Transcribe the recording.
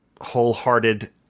wholehearted